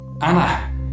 Anna